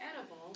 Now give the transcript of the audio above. edible